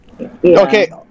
Okay